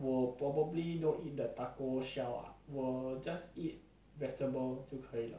satiated